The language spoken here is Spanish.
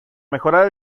mejorar